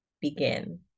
begin